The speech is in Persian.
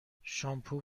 شامپو